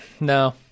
No